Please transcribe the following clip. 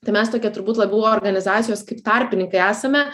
tai mes tokie turbūt labiau organizacijos kaip tarpininkai esame